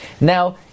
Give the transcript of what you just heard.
Now